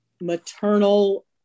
maternal